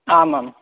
आमां